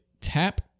tap